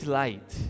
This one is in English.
light